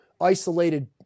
isolated